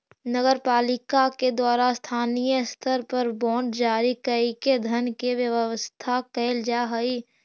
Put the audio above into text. नगर पालिका के द्वारा स्थानीय स्तर पर बांड जारी कईके धन के व्यवस्था कैल जा हई